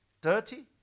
dirty